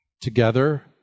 together